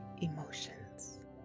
emotions